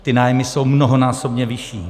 Ty nájmy jsou mnohonásobně vyšší.